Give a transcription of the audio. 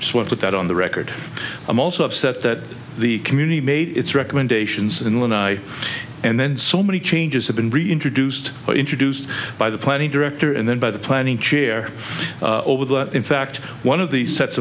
t with that on the record i'm also upset that the community made its recommendations and when i and then so many changes have been reintroduced or introduced by the planning director and then by the planning chair over that in fact one of the sets